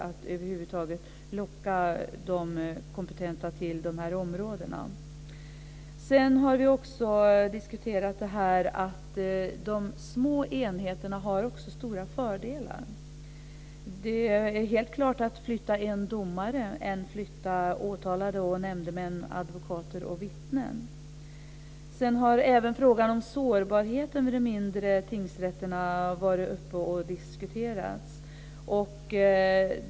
Det lockar inte de som är kompetenta till de här områdena. Sedan har vi också diskuterat att de små enheterna också har stora fördelar. Det är mycket lättare att flytta en domare än att flytta åtalade, nämndemän, advokater och vittnen. Sedan har även frågan om sårbarheten vid de mindre tingsrätterna diskuterats.